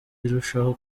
irushaho